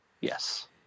Yes